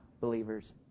believers